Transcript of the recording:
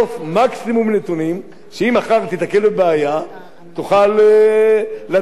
שאם מחר תיתקל בבעיה תוכל לדעת על מי ללכת,